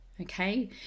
Okay